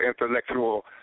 intellectual